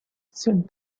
said